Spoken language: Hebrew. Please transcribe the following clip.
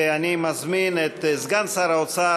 (מחיאות כפיים) אני מזמין את סגן שר האוצר,